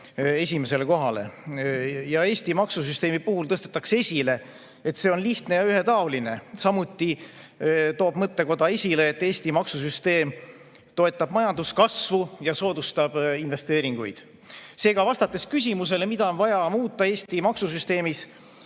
esimesele kohale. Eesti maksusüsteemi puhul tõstetakse esile, et see on lihtne ja ühetaoline. Samuti toob mõttekoda esile, et Eesti maksusüsteem toetab majanduskasvu ja soodustab investeeringuid. Seega, vastates küsimusele, mida on vaja muuta Eesti maksusüsteemis,